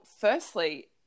firstly